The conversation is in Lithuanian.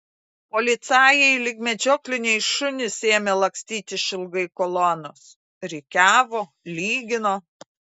policajai lyg medžiokliniai šunys ėmė lakstyti išilgai kolonos rikiavo lygino